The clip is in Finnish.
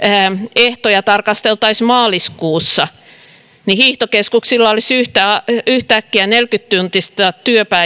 ehtoja tarkasteltaisiin maaliskuussa niin hiihtokeskuksilla olisi yhtäkkiä neljäkymmentä tuntista